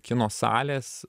kino salės